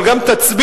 אבל גם תצביעו,